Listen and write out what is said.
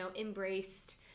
embraced